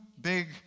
big